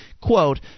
quote